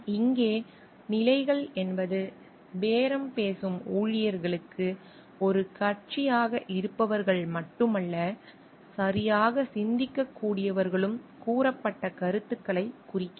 இங்கே நிலைகள் என்பது பேரம் பேசும் ஊழியர்களுக்கு ஒரு கட்சியாக இருப்பவர்கள் மட்டுமல்ல சரியாகச் சிந்திக்கக்கூடியவர்களும் கூறப்பட்ட கருத்துக்களைக் குறிக்கிறது